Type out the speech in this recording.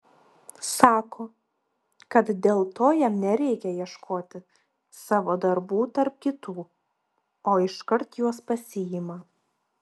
sako kad dėl to jam nereikią ieškoti savo darbų tarp kitų o iškart juos pasiima